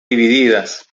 divididas